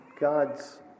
God's